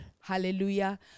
Hallelujah